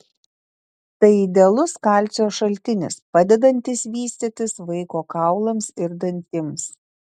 tai idealus kalcio šaltinis padedantis vystytis vaiko kaulams ir dantims